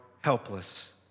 helpless